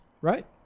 Right